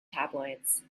tabloids